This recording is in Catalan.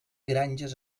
granges